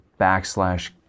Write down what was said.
backslash